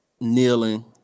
kneeling